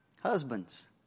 Husbands